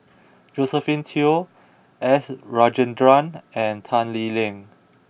Josephine Teo S Rajendran and Tan Lee Leng